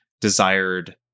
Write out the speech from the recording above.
desired